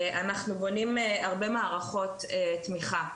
אנחנו בונים הרבה מערכות תמיכה,